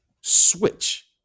switch